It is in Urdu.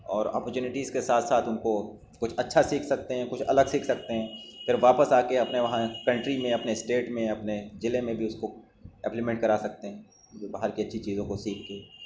اور اپاچونیٹیز کے ساتھ ساتھ ان کو کچھ اچھا سیکھ سکتے ہیں کچھ الگ سیکھ سکتے ہیں پھر واپس آ کے اپنے وہاں کنٹری میں اپنے اسٹیٹ میں اپنے ضلعے میں بھی اس کو اپلیمنٹ کرا سکتے ہیں جو باہر کی اچھی چیزوں کو سیکھ کے